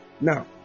now